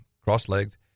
cross-legged